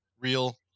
real